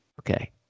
Okay